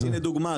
אז הנה דוגמא,